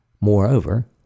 Moreover